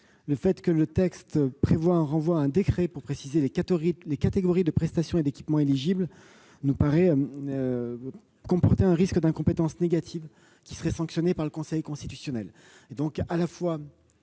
le fait que le texte prévoie un renvoi à un décret pour préciser les catégories de prestations et d'équipements éligibles nous paraît comporter un risque d'incompétence négative qui serait sanctionné par le Conseil constitutionnel. Donc, pour